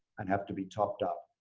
and have to be topped up.